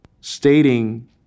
stating